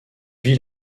vit